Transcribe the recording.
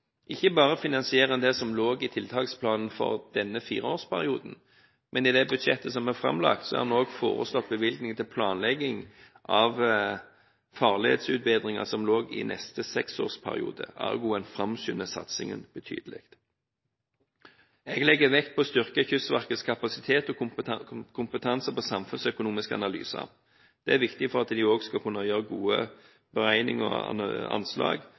Ikke bare finansierer en det som lå i tiltaksplanen for denne fireårsperioden, men i det budsjettet som er framlagt, har vi òg foreslått bevilgninger til planlegging av farledsutbedringer som lå i neste seksårsperiode, ergo framskynder en satsingen betydelig. Jeg legger vekt på å styrke Kystverkets kapasitet og kompetanse på samfunnsøkonomisk analyse. Det er viktig for at de skal kunne gjøre gode beregninger og anslag